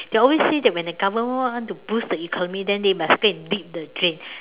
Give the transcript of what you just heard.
they always say that when the government want to push the economy they must go and dig the drain